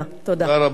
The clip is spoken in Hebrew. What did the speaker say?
תודה רבה.